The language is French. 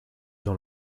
dans